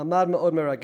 מעמד מאוד מרגש.